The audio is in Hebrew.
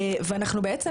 ואנחנו בעצם